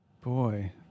Boy